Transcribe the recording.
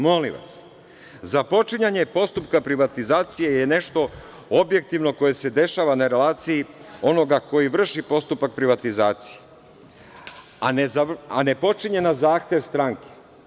Molim vas, započinjanje postupka privatizacije je nešto objektivno koje se dešava na relaciji onoga koji vrši postupak privatizacije, a ne počinje na zahtev stranke.